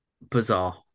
Bizarre